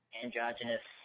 androgynous